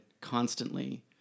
constantly